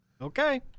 Okay